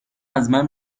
ازمن